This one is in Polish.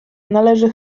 należy